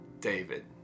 David